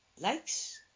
likes